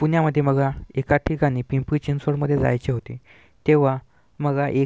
पुण्यामध्ये मला एका ठिकाणी पिंपरी चिंचवडमध्ये जायचे होते तेव्हा मला एक